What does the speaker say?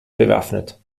bewaffnet